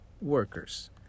workers